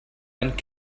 and